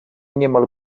niemal